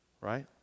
right